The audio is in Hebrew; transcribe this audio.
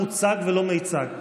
זה לא מוצג ולא מיצג,